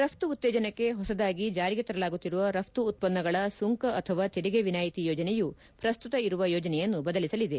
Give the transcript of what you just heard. ರಘ್ತು ಉತ್ತೇಜನಕ್ಕೆ ಹೊಸದಾಗಿ ಜಾರಿಗೆ ತರಲಾಗುತ್ತಿರುವ ರಘ್ತು ಉತ್ಪನ್ನಗಳ ಸುಂಕ ಅಥವಾ ತೆರಿಗೆ ವಿನಾಯಿತಿ ಯೋಜನೆಯು ಶ್ರಸ್ತುತ ಇರುವ ಯೋಜನೆಯನ್ನು ಬದಲಿಸಲಿದೆ